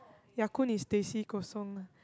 Ya-Kun is teh C kosong ah